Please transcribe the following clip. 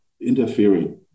interfering